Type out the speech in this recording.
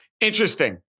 Interesting